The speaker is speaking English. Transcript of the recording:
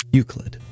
Euclid